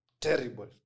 terrible